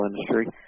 industry